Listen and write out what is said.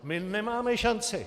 My nemáme šanci.